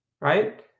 right